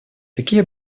такие